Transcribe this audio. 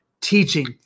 teaching